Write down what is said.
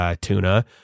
tuna